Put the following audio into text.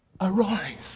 arise